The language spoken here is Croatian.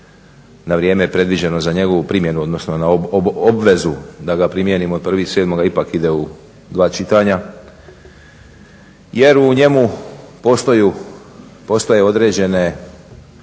na vrijeme predviđeno za njegovu primjenu, odnosno obvezu da ga primijenimo od 1.07. ipak ide u dva čitanja jer u njemu postoje određene